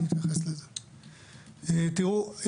תראו,